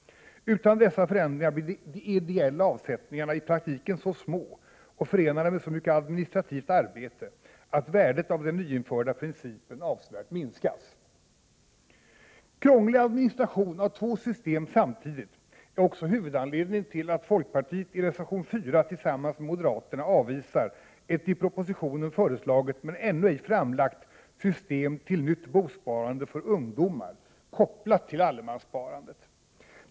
Utan dessa förändringar blir de ”ideella” avsättningarna i praktiken så små, och förenade med så mycket administrativt arbete, att värdet av den nyinförda principen avsevärt minskas. Krånglig administration av två system samtidigt är också huvudanledningen till att folkpartiet i reservation 4 tillsammans med moderaterna avvisar ett i propositionen föreslaget, men ännu ej framlagt system till nytt bosparande för ungdomar, kopplat till allemanssparandet.